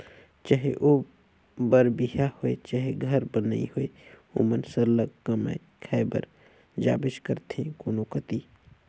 चहे ओ बर बिहा होए चहे घर बनई होए ओमन सरलग कमाए खाए बर जाबेच करथे कोनो कती